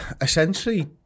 essentially